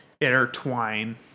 intertwine